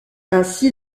ainsi